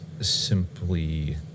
simply